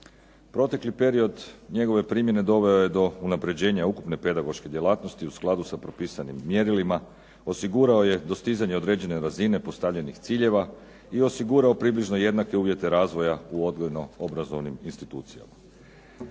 Protekli period njegove primjene doveo je do unapređenja ukupne pedagoške djelatnosti u skladu s propisanim mjerilima, osigurao je dostizanje određene razine postavljenih ciljeva i osigurao približno jednake uvjete razvoja u odgojno-obrazovnim institucijama.